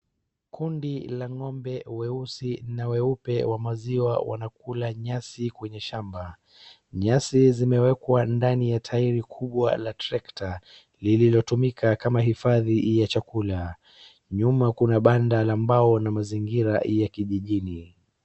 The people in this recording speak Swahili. Kundi la ng'ombe weusi na weupe wa maziwa wanakula nyasi kwenye shamba. Nyasi zimewekwa ndani ya tairi kubwa la tractor lililotumika kama hifadhi ya chakula, nyuma kuna banda la mbao na mazingira ya kijijini.